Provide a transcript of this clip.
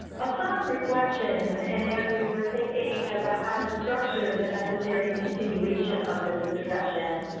upon reflection, and as we were thinking about how to structure the necessary continuation of this discussion,